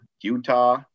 Utah